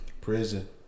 prison